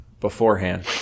beforehand